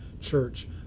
church